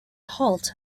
halt